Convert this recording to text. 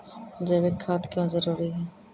जैविक खाद क्यो जरूरी हैं?